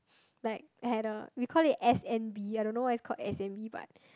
like henna we call it S M B I don't know why it's called S M B but